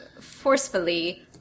forcefully